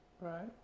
Right